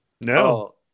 No